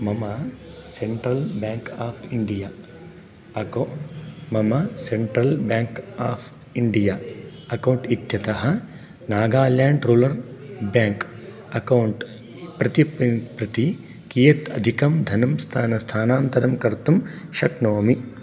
मम central bank of India अक्कौ मम central bank of India account इत्यतः नागालाण्ड रूलर् ब्याङ्क् अक्कौण्ट् प्रति प्रति कियत् अधिकं धनं स्थानं स्थानान्तरं कर्तुं शक्नोमि